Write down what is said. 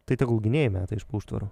tai tegul gynėjai meta iš po užtvarų